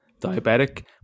diabetic